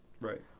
Right